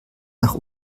nach